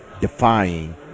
defying